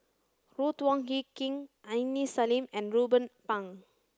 Ruth Wong Hie King Aini Salim and Ruben Pang